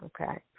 Okay